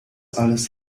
alles